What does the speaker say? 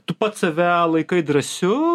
tu pats save laikai drąsiu